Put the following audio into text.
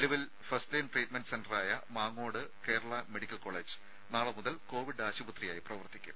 നിലവിൽ first line treatment സെന്ററായ Mangode Kerala medical college നാളെ മുതൽ കോവിഡ് ആശുപത്രിയായി പ്രവർത്തിക്കും